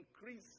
Increase